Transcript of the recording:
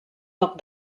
toc